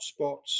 hotspots